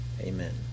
Amen